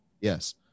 Yes